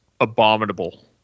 abominable